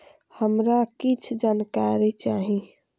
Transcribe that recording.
हमरा कीछ जानकारी चाही